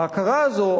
ההכרה הזאת,